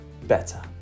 better